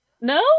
No